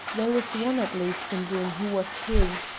there was one at least in doom who was his,